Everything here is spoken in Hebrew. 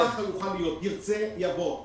ירצה יבוא.